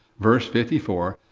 verse fifty four,